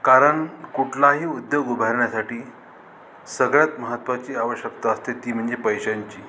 कारण कुठलाही उद्योग उभारण्यासाठी सगळ्यात महत्त्वाची आवश्यकता असते ती म्हणजे पैशांची